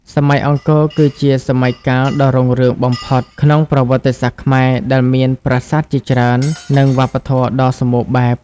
សម័យអង្គរគឺជាសម័យកាលដ៏រុងរឿងបំផុតក្នុងប្រវត្តិសាស្ត្រខ្មែរ ដែលមានប្រាសាទជាច្រើន និងវប្បធម៌ដ៏សម្បូរបែប។